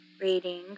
reading